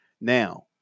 Now